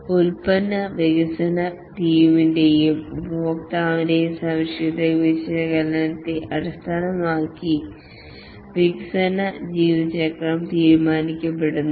product വികസന ടീമിന്റെയും ഉപഭോക്താവിന്റെയും സവിശേഷതകളുടെ വിശകലനത്തെ അടിസ്ഥാനമാക്കി വികസന ജീവിതചക്രം തീരുമാനിക്കപ്പെടുന്നു